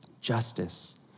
justice